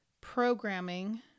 programming